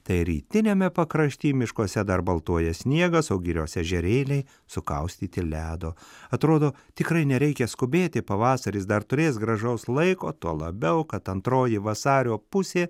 tai rytiniame pakrašty miškuose dar baltuoja sniegas o girios ežerėliai sukaustyti ledo atrodo tikrai nereikia skubėti pavasaris dar turės gražaus laiko tuo labiau kad antroji vasario pusė